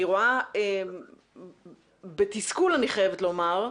אני רואה בתסכול, אני חייבת לומר,